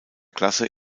klasse